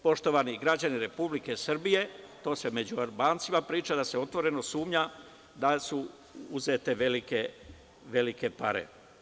Poštovani građani Republike Srbije, među Albancima se priča da se otvoreno sumnja da su uzete velike pare.